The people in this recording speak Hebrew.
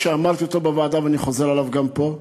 ואמרתי אותו בוועדה ואני חוזר עליו גם פה,